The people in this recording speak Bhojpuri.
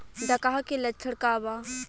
डकहा के लक्षण का वा?